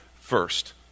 first